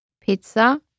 Pizza